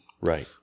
right